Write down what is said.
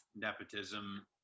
nepotism